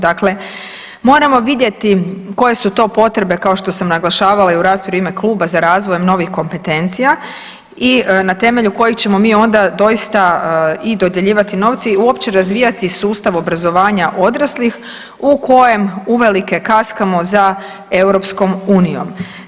Dakle, moramo vidjeti koje su to potrebe kao što sam naglašavala i u raspravi u ime Kluba za razvojem novih kompetencija i na temelju kojih ćemo mi onda doista i dodjeljivati novce i uopće razvijati sustav obrazovanja odraslih u kojem uvelike kaskamo za Europskom unijom.